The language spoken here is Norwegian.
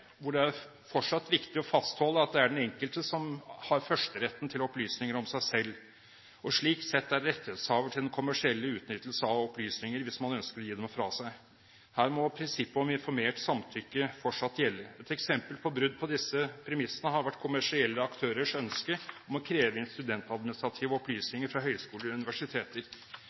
hvor det fortsatt er viktig å fastholde at det er den enkelte som har førsteretten til opplysninger om seg selv, og slik sett er rettighetshaver til den kommersielle utnyttelse av opplysninger, hvis man ønsker å gi dem fra seg. Her må prinsippet om informert samtykke fortsatt gjelde. Et eksempel på brudd på disse premissene har vært kommersielle aktørers ønske om å kreve inn studentadministrative opplysninger fra høyskoler og universiteter.